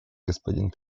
господин